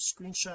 screenshot